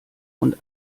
und